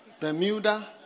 Bermuda